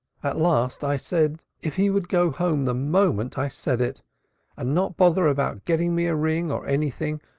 at last i said if he would go home the moment i said it and not bother about getting me a ring or anything,